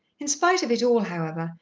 in spite of it all, however,